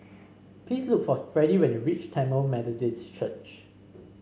please look for Freddy when you reach Tamil Methodist Church